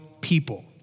people